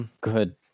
good